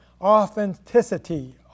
authenticity